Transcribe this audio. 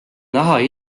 näha